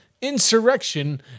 insurrection